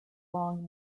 long